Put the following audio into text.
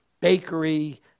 bakery